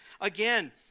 Again